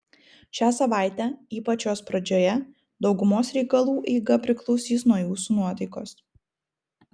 šią savaitę ypač jos pradžioje daugumos reikalų eiga priklausys nuo jūsų nuotaikos